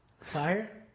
Fire